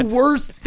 worst